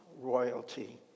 royalty